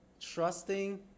trusting